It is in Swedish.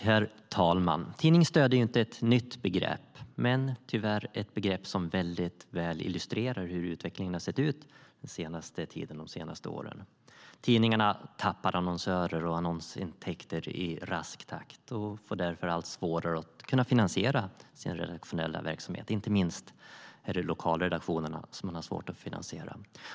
Herr talman! Tidningsdöd är inte ett nytt begrepp. Men tyvärr är det ett begrepp som väldigt väl illustrerar hur utvecklingen sett ut de senaste åren. Tidningarna tappar annonsörer och annonsintäkter i rask takt och får därför allt svårare att finansiera sin redaktionella verksamhet. Inte minst är det lokalredaktionerna som man har svårt att finansiera.